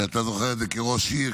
אתה זוכר את זה כראש עיר,